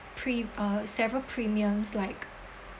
pre~ uh several premiums like